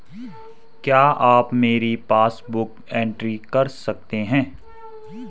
क्या आप मेरी पासबुक बुक एंट्री कर सकते हैं?